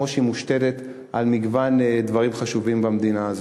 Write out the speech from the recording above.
כמו שהיא מושתתת על מגוון דברים חשובים במדינה.